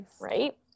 Right